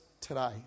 today